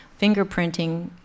fingerprinting